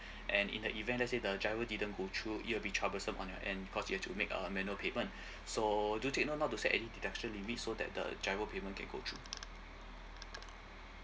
and in the event let's say the GIRO didn't go through it'll be troublesome on your end cause you have to make uh manual payment so do take note not to set any deduction limit so that the GIRO payment can go through